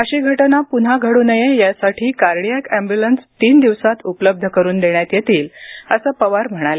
अशी घटना पुन्हा घडू नये यासाठी कार्डियाक एम्बुलन्स तीन दिवसात उपलब्ध करून देण्यात येतील असं पवार म्हणाले